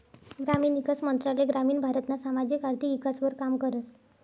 ग्रामीण ईकास मंत्रालय ग्रामीण भारतना सामाजिक आर्थिक ईकासवर काम करस